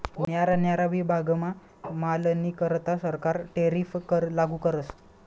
न्यारा न्यारा विभागमा मालनीकरता सरकार टैरीफ कर लागू करस